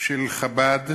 של חב"ד,